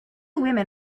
women